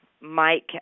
Mike